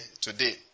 today